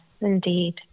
indeed